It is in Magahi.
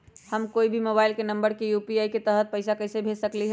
हम कोई के मोबाइल नंबर पर यू.पी.आई के तहत पईसा कईसे भेज सकली ह?